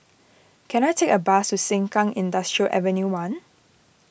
can I take a bus to Sengkang Industrial Avenue one